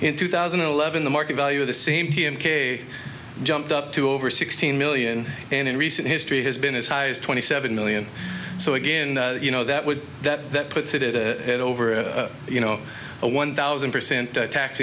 in two thousand and eleven the market value of the same d m k jumped up to over sixteen million and in recent history has been as high as twenty seven million so again you know that would that that puts it it over you know a one thousand percent tax